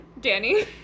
Danny